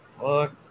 fuck